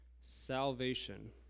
salvation